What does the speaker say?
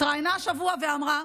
התראיינה השבוע ואמרה,